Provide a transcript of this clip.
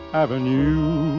avenue